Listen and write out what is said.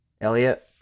elliot